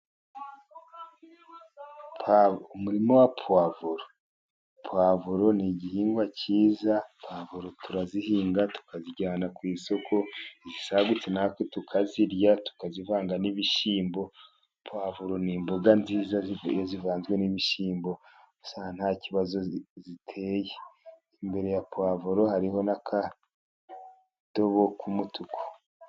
Umurima wa puwavuro. Puwavuro ni igihingwa kiza, puwavuro turazihinga, tukazijyana ku isoko, izisagutse natwe tukazirya tukazivanga n'ibishyimbo, puwavuro ni immboga nziza zivanzwe n'ibishyimbo usanga nta kibazo ziteye. Imbere ya puwavuro hariho n'akadobo k'umutuku.